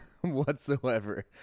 whatsoever